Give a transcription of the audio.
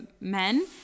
men